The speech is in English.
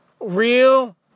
real